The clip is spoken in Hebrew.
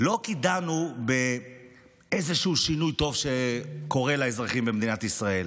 לא כי דנו באיזשהו שינוי טוב שקורה לאזרחים במדינת ישראל,